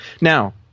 Now